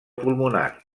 pulmonar